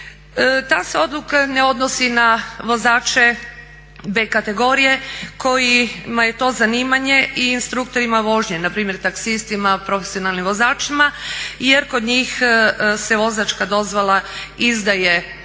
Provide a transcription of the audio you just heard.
Ta se odluka ne odnosi na vozače B kategorije kojima je to zanimanje i instruktorima vožnje, npr. taksistima, profesionalnim vozačima jer kod njih se vozačka dozvola izdaje isto